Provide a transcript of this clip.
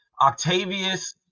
Octavius